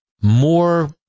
more